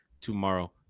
tomorrow